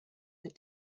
the